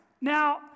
Now